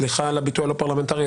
סליחה על הביטוי הלא פרלמנטרי,